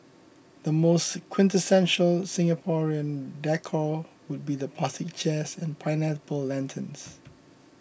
the most quintessential Singaporean decor would be the plastic chairs and pineapple lanterns